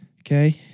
Okay